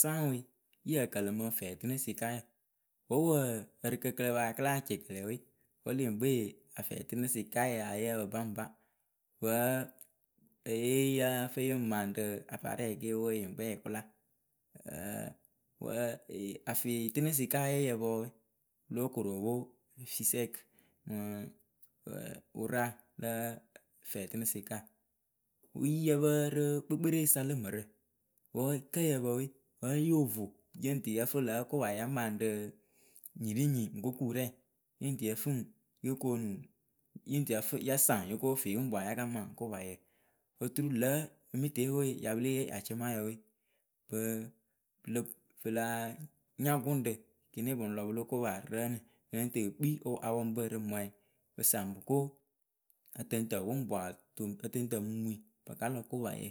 saŋ we ɨyǝ kǝ lemɨ fɛtɨnɨ sɩka wǝ wǝ ǝrɨkǝ kɨ la pa ya kɨ láa cɛkɛlɛ we wǝ leŋkpe afɛtɨnɨ sɩkayǝ ya yǝ pǝ baŋba wǝ eye yǝ fɨ yɨŋ maŋ ra aparɛ ke oo yeŋ kpɛ yɨ kʊla. wǝ afɩtɨnɨ sɩkaye yǝpǝ we lo koro pwo fisɛkǝ mɨ ora lǝ fɛtɨnɨ sɩka. wi yǝ pǝ rɨ kpekpere wʊ sa lǝ mǝrǝ wǝ kǝ yǝ pǝ we wǝ yo vo yɨŋ tɨ yǝ fɨ lǝ̌ kopa ya maŋ rɨ nyiriŋnyi ŋ ko ku rɛŋ yɨŋ tɨ yǝ fɨ ŋwɨ yo koonu yɨŋ tɨ yǝ fɨ ya saŋ yoko fi pʊŋpwa ya ka maŋ kopa yǝ oturu lǝ̌ emǝteepwe ya pɨ lée yee acʊmayǝ we pɨ pɨlǝ pɨla nya gʊŋɖǝ kiniŋ pɨŋ lɔ pɨlo kopa rɨ rǝnɨ pɨ lɨŋ tɨ pɨ kpii apɔŋpǝ rɨ mɔɛ pɨ saŋ pɨ ko ǝtɨŋtǝ pʊŋpwa tuŋ ǝtɨtǝmumuŋyi pɨ ka lɔ kopaye